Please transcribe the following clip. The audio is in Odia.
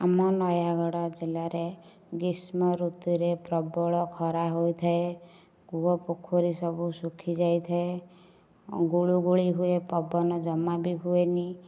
ଆମ ନୟାଗଡ଼ ଜିଲ୍ଲାରେ ଗ୍ରୀଷ୍ମ ଋତୁରେ ପ୍ରବଳ ଖରା ହୋଇଥାଏ କୂଅ ପୋଖରୀ ସବୁ ଶୁଖିଯାଇଥାଏ ଗୁଳୁଗୁଳି ହୁଏ ପବନ ଜମା ବି ହୁଏନି